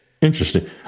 interesting